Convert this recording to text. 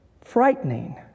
frightening